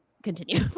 continue